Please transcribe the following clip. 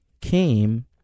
came